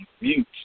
mute